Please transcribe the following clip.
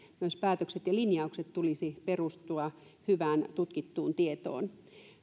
myös päätösten ja linjausten tulisi perustua hyvään tutkittuun tietoon